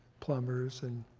plumbers. and